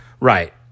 Right